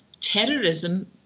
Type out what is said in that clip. terrorism